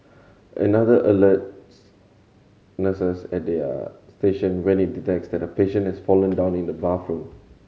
another alerts nurses at their station when it detects that a patient has fallen down in the bathroom